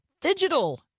digital